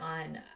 on